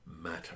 matter